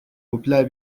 popüler